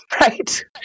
right